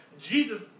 Jesus